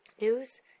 News